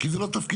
כי זה לא תפקידי.